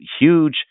huge